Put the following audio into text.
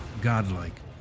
godlike